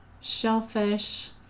shellfish